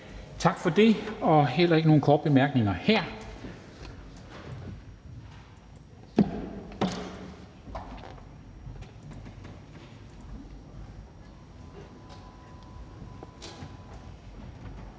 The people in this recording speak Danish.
Tak for det. Der er ikke nogen korte bemærkninger,